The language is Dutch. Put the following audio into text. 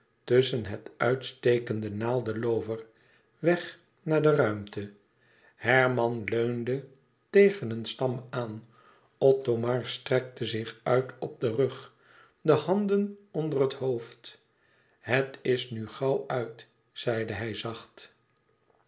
tusschen het uitstekende naaldenloover weg naar de ruimte herman leunde tegen een stam aan othomar strekte zich uit op den rug de handen onder het hoofd het is nu gauw uit zeide hij zacht